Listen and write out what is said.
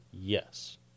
Yes